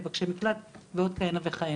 מבקשי מקלט ועוד כהנה וכהנה.